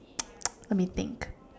let me think